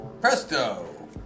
Presto